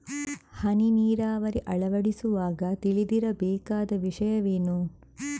ಹನಿ ನೀರಾವರಿ ಅಳವಡಿಸುವಾಗ ತಿಳಿದಿರಬೇಕಾದ ವಿಷಯವೇನು?